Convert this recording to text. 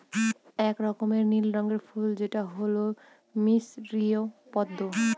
এক রকমের নীল রঙের ফুল যেটা হল মিসরীয় পদ্মা